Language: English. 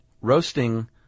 Roasting